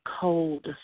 cold